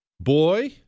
Boy